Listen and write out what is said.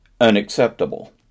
unacceptable